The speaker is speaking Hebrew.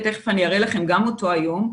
ותיכף אני אראה לכם גם אותו היום,